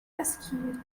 rescued